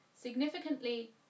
Significantly